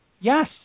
Yes